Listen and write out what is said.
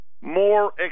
more